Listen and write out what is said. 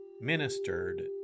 ministered